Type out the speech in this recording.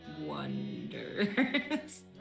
wonders